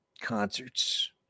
Concerts